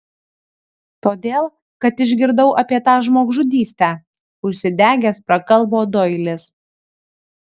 todėl kad išgirdau apie tą žmogžudystę užsidegęs prakalbo doilis